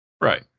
Right